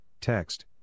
text